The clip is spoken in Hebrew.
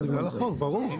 אז